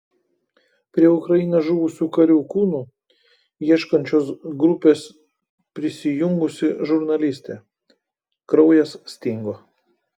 prie ukrainoje žuvusių karių kūnų ieškančios grupės prisijungusi žurnalistė kraujas stingo